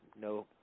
no